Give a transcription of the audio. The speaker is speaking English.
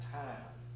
time